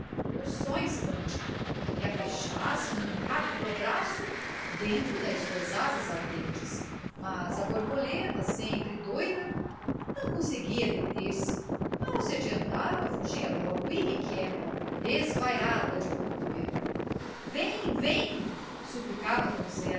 só instante e a fechasse num rápido abraço dentro das suas asas ardentes mas a borboleta sempre doida não conseguia deter-se mal se adiantava fugia logo irrequieta desvairada de volúpia vem vem suplicava